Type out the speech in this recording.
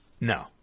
No